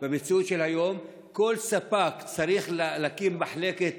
במציאות של היום כל ספק צריך להקים מחלקת